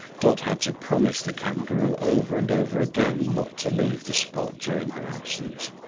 dot had to promise the kangaroo over and over again, not to leave the spot during her absence.